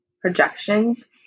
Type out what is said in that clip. projections